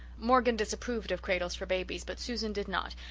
morgan disapproved of cradles for babies but susan did not,